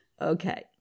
Okay